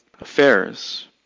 affairs